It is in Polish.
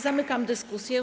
Zamykam dyskusję.